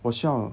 我需要